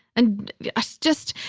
and it's just,